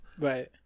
Right